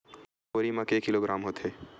एक बोरी म के किलोग्राम होथे?